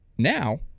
Now